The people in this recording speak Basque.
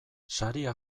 saria